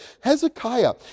Hezekiah